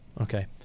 okay